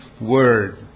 word